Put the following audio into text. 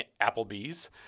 Applebee's